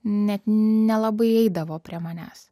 net nelabai eidavo prie manęs